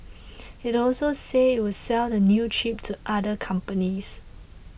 it also said it would sell the new chip to other companies